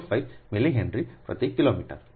45 millihenry પ્રતિ kilometre